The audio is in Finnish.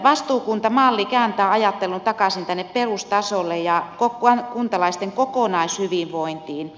vastuukuntamalli kääntää ajattelun takaisin tänne perustasolle ja kuntalaisten kokonaishyvinvointiin